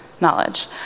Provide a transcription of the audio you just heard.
knowledge